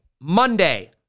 Monday